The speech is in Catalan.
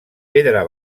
pedra